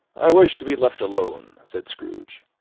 i wish to be left alone, said scrooge.